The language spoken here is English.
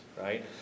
right